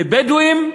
ובדואים?